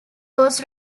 was